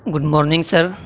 good morning sir